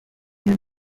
den